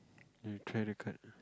you try other card